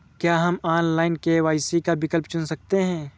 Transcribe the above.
क्या हम online KYC का विकल्प चुन सकते हैं?